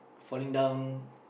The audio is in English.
falling down